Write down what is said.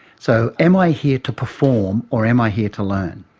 so am i here to perform, or am i here to learn?